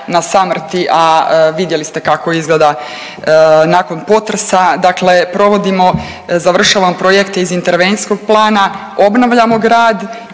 na samrti, a vidjeli ste kako izgleda nakon potresa. Dakle, provodimo završavam projekte iz internetskog plana, obnavljamo grad